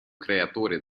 creatore